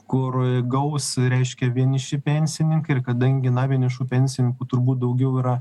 kur gaus reiškia vieniši pensininkai ir kadangi vienišų pensininkų turbūt daugiau yra